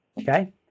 okay